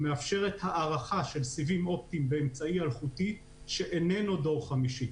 והיא מאפשרת הארכה של סיבים אופטיים באמצעי אלחוטי שאיננו דור חמישי.